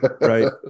right